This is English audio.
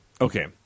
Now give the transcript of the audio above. Okay